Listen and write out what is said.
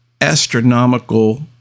astronomical